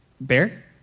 bear